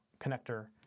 connector